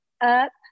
up